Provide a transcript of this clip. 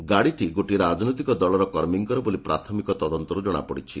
ଏହି ଗାଡ଼ିଟି ଗୋଟିଏ ରାଜନୈତିକ ଦଳର କର୍ମୀଙ୍କର ବୋଲି ପ୍ରାଥମିକ ତଦନ୍ତରୁ ଜଶାପଡିଛି